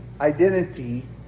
identity